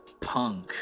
Punk